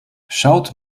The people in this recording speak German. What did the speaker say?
schaut